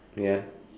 ya